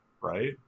right